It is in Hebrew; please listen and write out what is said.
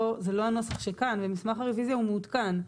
הנוסח שכאן ומסמך הרוויזיה הוא מעודכן.